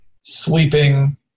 sleeping